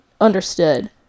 understood